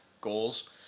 goals